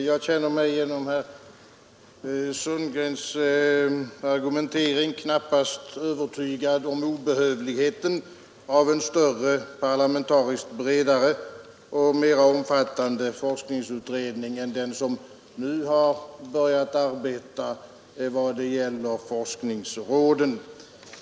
Herr talman! Genom herr Sundgrens argumentering känner jag mig knappast övertygad om obehövligheten av en större, parlamentariskt bredare och mera omfattande forskningsutredning än den som nu har börjat arbeta i vad gäller forskningsråden.